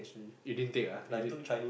you didn't take ah you did